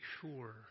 sure